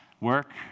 Work